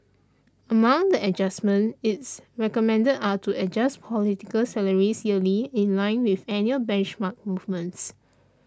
among the adjustments it recommended are to adjust political salaries yearly in line with annual benchmark movements